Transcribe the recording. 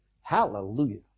Hallelujah